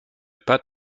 pat